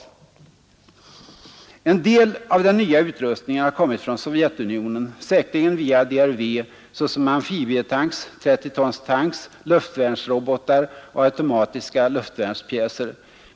En väsentlig del av den nya utrustningen — det är väl detta som uttalandet syftar på — har kommit från Sovjetunionen, säkerligen via DRV, såsom amfibietanks, 30-tons tanks, luftvärnsrobotar och automatiska luftvärnspjäser.